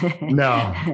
no